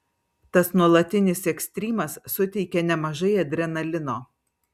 tas nuolatinis ekstrymas suteikia nemažai adrenalino